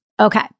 Okay